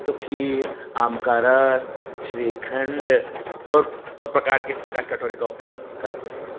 तो खीर आम का रस श्रीखंड और और प्रकार की इस प्रकार की कटोरी का उपयोग हम करते हैं